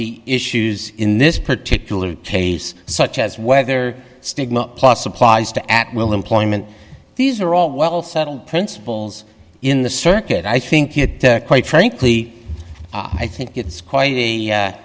the issues in this particular case such as whether stigma plus applies to at will employment these are all well settled principles in the circuit i think quite frankly i think it's quite a